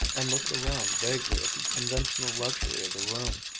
and looked around vaguely at the conventional luxury of the room,